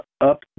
up